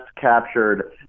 captured